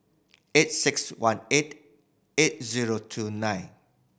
eight six one eight eight zero two nine